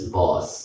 boss